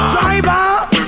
Driver